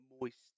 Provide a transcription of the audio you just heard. moist